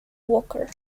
walker